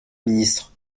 ministre